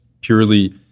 purely